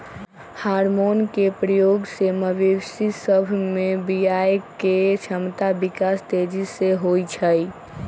hormone के प्रयोग से मवेशी सभ में बियायके क्षमता विकास तेजी से होइ छइ